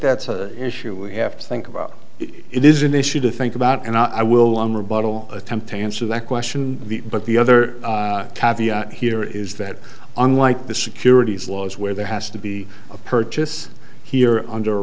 that's a issue we have to think about it is an issue to think about and i will one rebuttal attempt to answer that question but the other here is that unlike the securities laws where there has to be a purchase here under